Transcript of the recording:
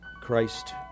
Christ